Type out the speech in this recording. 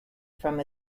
from